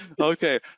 Okay